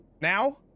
Now